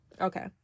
okay